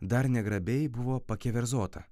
dar negrabiai buvo pakeverzota